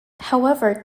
however